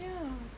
ya